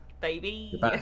baby